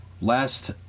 last